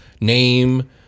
name